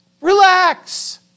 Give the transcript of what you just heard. Relax